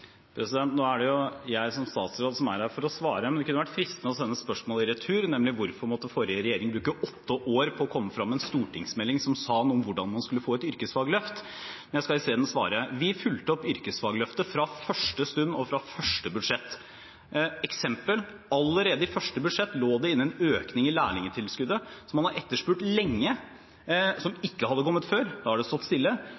som er her for å svare, men det kunne vært fristende å sende spørsmålet i retur, nemlig hvorfor forrige regjering måtte bruke åtte år på å komme frem med en stortingsmelding som sa noe om hvordan man skulle få et yrkesfagløft. Men jeg skal isteden svare. Vi fulgte opp yrkesfagløftet fra første stund og fra første budsjett. Et eksempel er at det allerede i første budsjett lå inne en økning i lærlingtilskuddet som man har etterspurt lenge, som ikke hadde kommet før. Da hadde det stått stille.